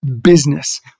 business